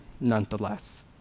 nonetheless